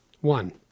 One